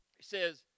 says